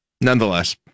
nonetheless